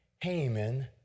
Haman